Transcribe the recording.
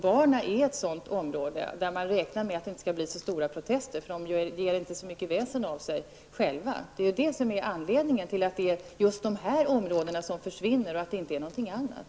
Man räknar kanske inte med att det skall bli så stora protester eftersom barn själva inte gör så mycket väsen av sig. Där har vi anledningen till att det är just de här områdena som försvinner och inte någonting annat.